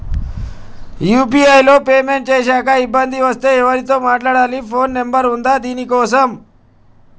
UPI లో payment చేశాక ఇబ్బంది వస్తే ఎవరితో మాట్లాడాలి? ఫోన్ నంబర్ ఉందా దీనికోసం?